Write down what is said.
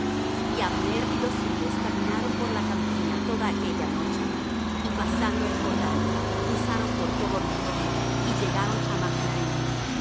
y abner y los suyos caminaron por la campiña toda aquella noche y pasando el jordán cruzaron por todo bitrón y llegaron á mahanaim